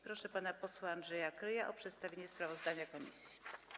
Proszę pana posła Andrzeja Kryja o przedstawienie sprawozdania komisji.